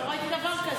עוד לא ראיתי דבר כזה.